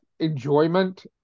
Enjoyment